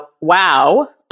wow